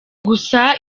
gusa